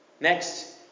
Next